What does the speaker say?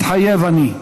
מתחייב אני.